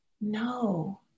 No